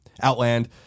Outland